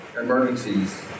emergencies